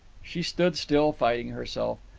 she stood still, fighting herself.